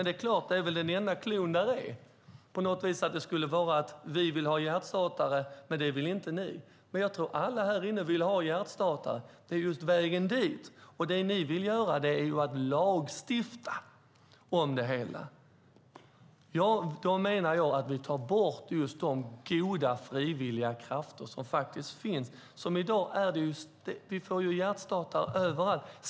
Det låter på dig som att det skulle vara så att ni vill ha hjärtstartare men inte vi, Kent Härstedt. Men jag tror att alla här inne vill ha hjärtstartare. Det handlar bara om vägen dit. Det ni vill göra är att lagstifta om det hela. Då menar jag att vi tar bort de goda frivilliga krafter som faktiskt finns i dag. Vi får hjärtstartare överallt.